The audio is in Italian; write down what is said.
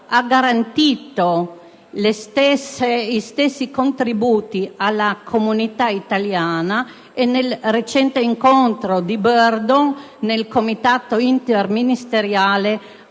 ha garantito gli stessi contributi alla comunità italiana e, nel recente incontro di Brdo, nel comitato interministeriale